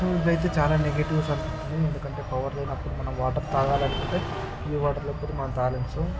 so ఇవి అయితే చాలా నెగటివ్స్ అనిపిస్తున్నాయి ఎందుకంటే పవర్ లేనప్పుడు మనం వాటర్ తాగాలనుకుంటే ప్యూర్ వాటర్ లేకుంటే మనం తాగలేం సో